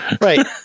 right